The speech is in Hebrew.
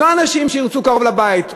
לא אנשים שירצו קרוב לבית.